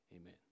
Amen